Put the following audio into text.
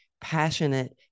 passionate